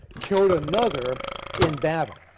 killed another in battle.